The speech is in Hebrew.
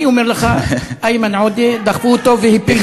אני אומר לך, איימן עודה, דחפו אותו והפילו אותו.